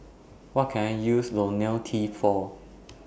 What Can I use Lonil T For